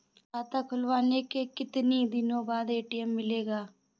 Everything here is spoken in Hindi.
खाता खुलवाने के कितनी दिनो बाद ए.टी.एम मिलेगा?